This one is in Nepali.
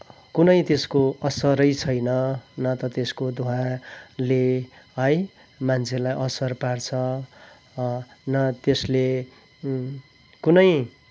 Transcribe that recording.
कुनै त्यसको असरै छैन न त त्यसको धुवाँले है मान्छेलाई असर पार्छ न त्यसले कुनै